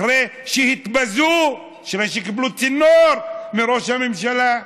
אחרי שהתבזו, שקיבלו צינור מראש הממשלה.